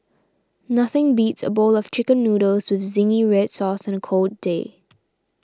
nothing beats a bowl of Chicken Noodles with Zingy Red Sauce on a cold day